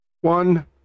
One